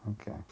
okay